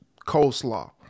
coleslaw